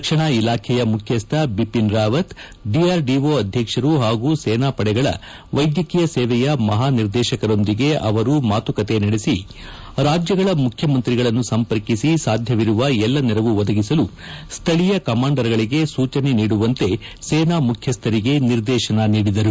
ರಕ್ಷಣಾ ಇಲಾಖೆಯ ಮುಖ್ಯಸ್ಥ ಬಿಟಿನ್ ರಾವತ್ ಡಿಆರ್ಡಿಟ ಅಧ್ವಕ್ಷರು ಪಾಗೂ ಸೇನಾಪಡೆಗಳ ವೈದ್ಯಕೀಯ ಸೇವೆಯ ಮಹಾ ನಿರ್ದೇಶಕರೊಂದಿಗೆ ಅವರು ಮಾತುಕತೆ ನಡೆಸಿ ರಾಜ್ಯಗಳ ಮುಖ್ಯಮಂತ್ರಿಗಳನ್ನು ಸಂಪರ್ಕಿಸಿ ಸಾಧ್ಯವಿರುವ ಎಲ್ಲ ನೆರವು ಒದಗಿಸಲು ಸ್ಥಳೀಯ ಕಮಾಂಡರ್ಗಳಿಗೆ ಸೂಜನೆ ನೀಡುವಂತೆ ರಕ್ಷಣಾ ಸಚಿವರು ಸೇನಾ ಮುಖ್ಯಸ್ಥರಿಗೆ ನಿರ್ದೇಶನ ನೀಡಿದರು